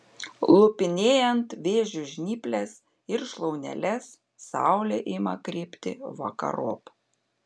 lupinėjant vėžių žnyples ir šlauneles saulė ima krypti vakarop